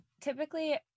typically